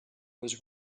was